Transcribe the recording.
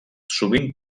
sovint